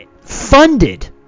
funded